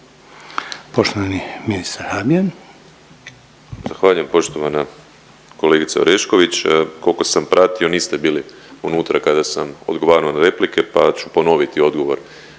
Poštovani ministar Habijan.